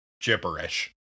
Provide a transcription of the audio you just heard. gibberish